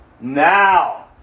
now